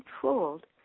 controlled